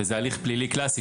וזה הליך פלילי קלאסי,